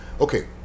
okay